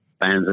fans